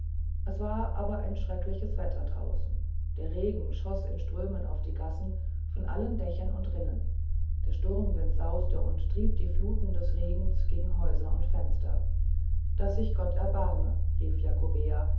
es war aber ein schreckliches wetter draußen der regen schoß in strömen auf die gassen von allen dächern und rinnen der sturmwind sauste und trieb die fluten des regens gegen häuser und fenster daß sich's gott erbarme rief jakobea